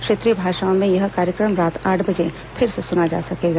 क्षेत्रीय भाषाओं में यह कार्यक्रम रात आठ बजे फिर से सुना जा सकेगा